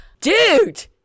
Dude